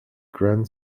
grand